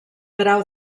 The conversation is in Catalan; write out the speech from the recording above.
grau